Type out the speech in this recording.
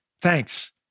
Thanks